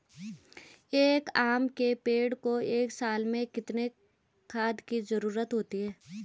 एक आम के पेड़ को एक साल में कितने खाद की जरूरत होती है?